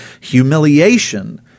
humiliation